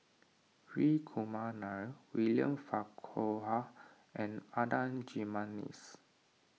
Hri Kumar Nair William Farquhar and Adan Jimenez